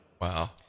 Wow